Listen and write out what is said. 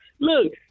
look